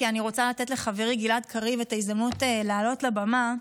כי אני רוצה לתת לחברי גלעד קריב את ההזדמנות לעלות לבמה,